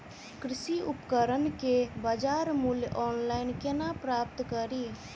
कृषि उपकरण केँ बजार मूल्य ऑनलाइन केना प्राप्त कड़ी?